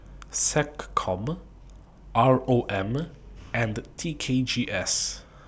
Seccom R O M and T K G S